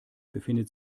befindet